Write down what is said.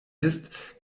ist